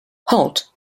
holt